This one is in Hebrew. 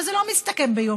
אבל זה לא מסתכם ביומיים.